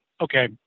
okay